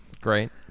Great